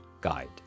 guide